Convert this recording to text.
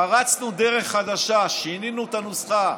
פרצנו דרך חדשה, שינינו את הנוסחה.